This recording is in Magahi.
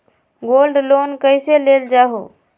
गोल्ड लोन कईसे लेल जाहु?